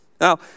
Now